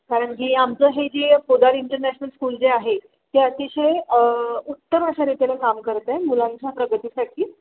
कारण की आमचं हे जे पोदार इंटरनॅशनल स्कूल जे आहे ते अतिशय उत्तम अशा रीतीने काम करत आहे मुलांच्या प्रगतीसाठी